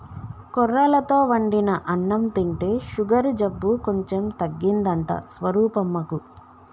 కొర్రలతో వండిన అన్నం తింటే షుగరు జబ్బు కొంచెం తగ్గిందంట స్వరూపమ్మకు